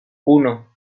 uno